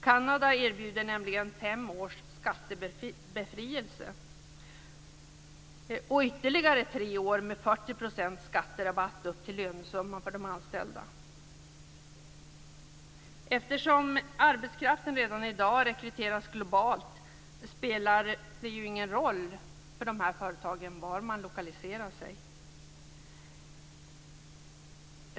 Kanada erbjuder nämligen fem års skattebefrielse och ytterligare tre år med 40 % Eftersom arbetskraften redan i dag rekryteras globalt, spelar det ingen roll för företagen var de lokaliserar sig.